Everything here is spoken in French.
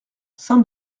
saint